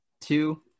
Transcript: two